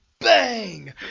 Bang